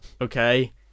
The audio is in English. okay